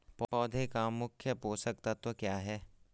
पौधें का मुख्य पोषक तत्व क्या है?